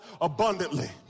abundantly